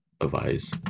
advice